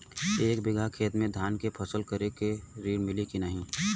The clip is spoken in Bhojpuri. एक बिघा खेत मे धान के फसल करे के ऋण मिली की नाही?